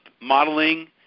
modeling